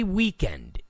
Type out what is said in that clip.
weekend